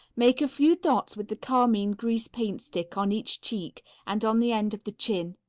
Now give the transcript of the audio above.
make a few dots with the carmine grease paint stick on each cheek and on the end of the chin.